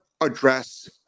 address